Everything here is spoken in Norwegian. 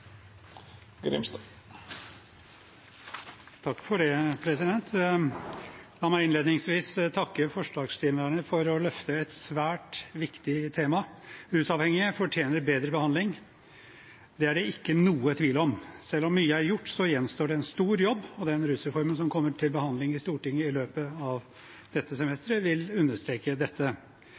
innledningsvis takke forslagsstillerne for å løfte et svært viktig tema. Rusavhengige fortjener bedre behandling – det er det ikke noe tvil om. Selv om mye er gjort, gjenstår det en stor jobb, og den rusreformen som kommer til behandling i Stortinget i løpet av denne sesjonen, vil understreke dette.